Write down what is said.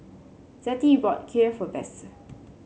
Zettie bought Kheer for Besse